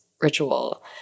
ritual